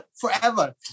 forever